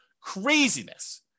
Craziness